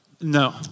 No